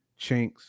chinks